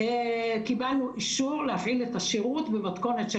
קיבלנו אישור להפעיל את השירות במתכונת של